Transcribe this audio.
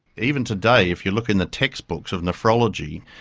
even today if you look in the textbooks of nephrology,